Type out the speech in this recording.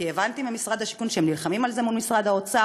כי הבנתי ממשרד הבינוי והשיכון שהם נלחמים על זה מול משרד האוצר,